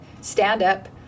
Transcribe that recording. stand-up